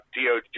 DOJ